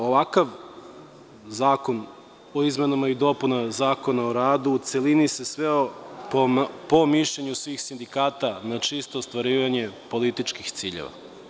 Ovakav zakon o izmenama i dopunama Zakona o radu u celini se sveo po mišljenju svih sindikata na čisto ostvarivanje političkih ciljeva.